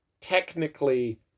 technically